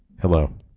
hello